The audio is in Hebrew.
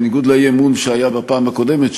בניגוד לאי-אמון שהיה בפעם הקודמת,